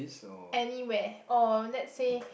anywhere or let's say